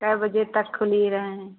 कए बजे तक खुली रहें